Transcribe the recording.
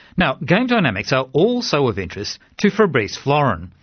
now game dynamics are also of interest to fabrice florin,